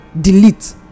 delete